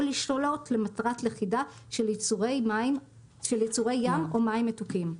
או לשלוט למטרת לכידה של יצורי ים או מים מתוקים,